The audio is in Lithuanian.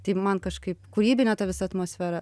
tai man kažkaip kūrybinė ta visa atmosfera